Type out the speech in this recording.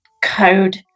code